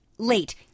late